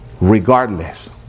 regardless